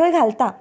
थंय घालता